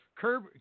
Curb